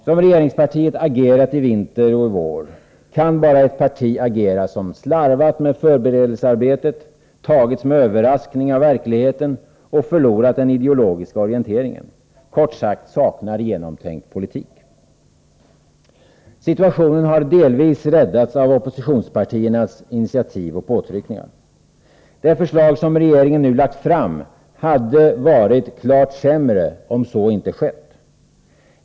Som regeringspartiet agerat i vinter och vår kan bara ett parti agera som slarvat med förberedelsearbetet, tagits med överraskning av verkligheten och förlorat den ideologiska orienteringen — kort sagt saknar genomtänkt politik. Situationen har delvis räddats av oppositionspartiernas initiativ och påtryckningar. Det förslag som regeringen nu lagt fram hade varit klart sämre om så inte skett.